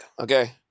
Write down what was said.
Okay